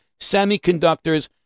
semiconductors